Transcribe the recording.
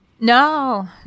No